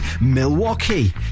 Milwaukee